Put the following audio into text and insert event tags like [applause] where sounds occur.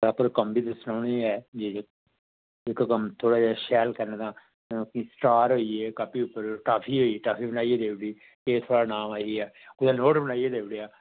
[unintelligible] कम्म बी दस्सना उ'नेंगी ऐ जेह्का कम्म थोह्ड़ा जेहा कम्म शैल करना फ्ही स्टार होई गे कॉपी उप्पर टॉफी होई गेई टाफी बनाइयै देई ओड़ी एह् थुआढ़ा ईनाम आई गेआ कुदै नोट बनाइयै देई ओड़ेआ